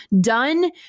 Done